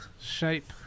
shape